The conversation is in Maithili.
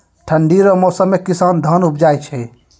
ठंढी रो मौसम मे किसान धान उपजाय छै